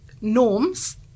norms